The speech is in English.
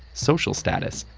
social status,